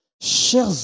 Chers